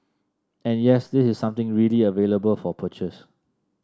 and yes this is something really available for purchase